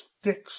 sticks